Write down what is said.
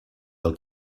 del